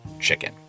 Chicken